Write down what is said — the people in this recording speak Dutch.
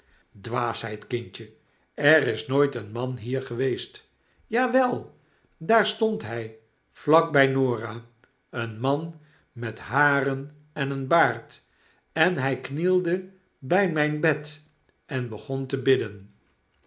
dwaasheid kindje er is nooit een man hier geweest ja wel daar stond hy vlak by norah een man met haren en een baard en hij knielde bij myn bed en begon te bidden